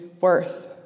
worth